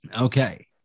Okay